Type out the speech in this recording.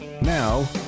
Now